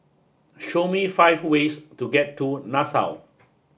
show me five ways to get to Nassau